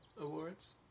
awards